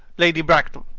lady bracknell.